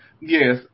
Yes